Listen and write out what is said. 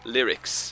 Lyrics